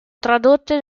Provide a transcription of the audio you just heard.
tradotte